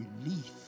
relief